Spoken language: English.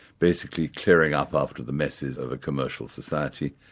basically clearing up after the messes of a commercial society,